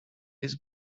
his